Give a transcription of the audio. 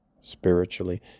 spiritually